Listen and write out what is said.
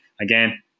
again